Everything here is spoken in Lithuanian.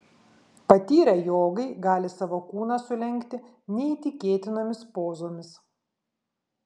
patyrę jogai gali savo kūną sulenkti neįtikėtinomis pozomis